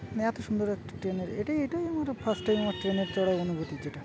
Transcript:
মানে এত সুন্দর একটা ট্রেনের এটাই এটাই আমার ফার্স্ট টাইম আমার ট্রেনে চড়ার অনুভূতি যেটা